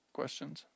questions